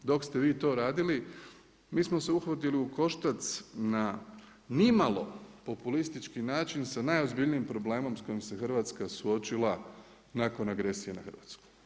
Dok ste vi to radili mi smo se uhvatili u koštac na nimalo populistički način sa najozbiljnijim problemom s kojim se Hrvatska suočila nakon agresije na Hrvatsku.